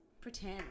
pretend